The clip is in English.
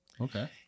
Okay